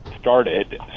started